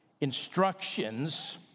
instructions